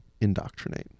indoctrinate